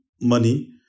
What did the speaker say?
money